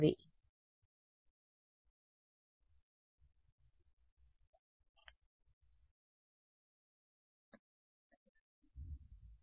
అవును ప్లేన్ నుండి బయటకి